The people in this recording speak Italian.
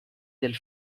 del